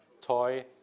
toy